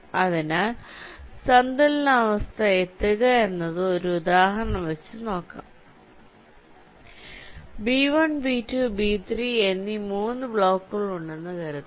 അതിനാൽ സന്തുലനാവസ്ഥ എത്തുക എന്നത് ഒരു ഉദാഹരണം വച്ച നോക്കാം B1 B2 B3 എന്നീ 3 ബ്ലോക്കുകൾ ഉണ്ടെന്നു കരുതാം